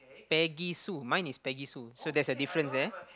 Peggy Sue mine is Peggy Sue so there's a difference there